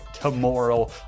tomorrow